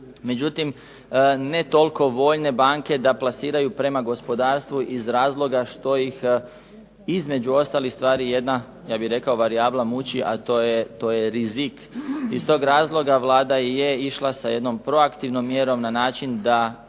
Međutim, ne toliko voljne banke da plasiraju prema gospodarstvu iz razloga što ih između ostalih stvari jedna varijabla muči a to je rizik. Iz tog razloga Vlada je išla sa jednom preaktivnom mjerom da